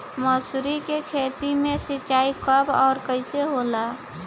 मसुरी के खेती में सिंचाई कब और कैसे होला?